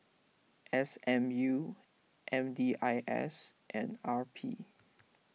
S M U M D I S and R P